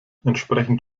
entsprechend